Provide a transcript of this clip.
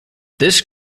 this